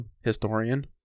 historian